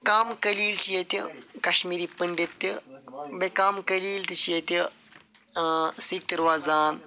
کَم قٔلیٖل چھِ ییٚتہِ کشمیٖری پٔنٛڈِت تہٕ بیٚیہِ کَم قٔلیٖل تہِ چھِ ییٚتہِ سِکھ تہِ روزان